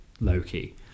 Loki